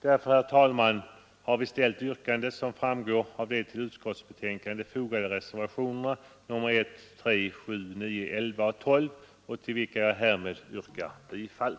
Därför, herr talman, har vi ställt de yrkanden som framgår av de till utskottsbetänkandet fogade reservationerna 1,3, 7,9, 11 och 12, till vilka jag härmed yrkar bifall.